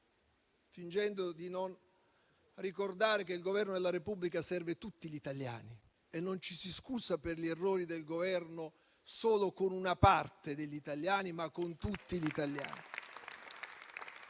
fingendo di non ricordare che il Governo della Repubblica serve tutti gli Italiani e che non ci si scusa per gli errori del Governo solo con una parte degli italiani, ma con tutti gli italiani